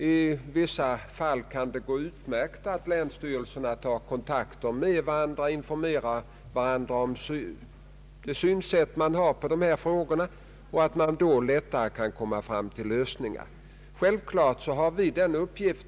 I vissa fall kan det gå utmärkt för länsstyrelserna att ta kontakt med varandra och informera varandra om de synpunkter man har på dessa frågor, och man kan då lättare komma fram till lösningar.